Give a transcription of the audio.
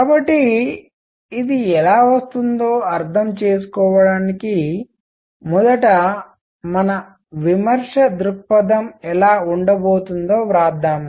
కాబట్టి ఇది ఎలా వస్తుందో అర్థం చేసుకోవడానికి మొదట మన విమర్శ దృక్పథం ఎలా ఉండబోతుందో వ్రాద్దాం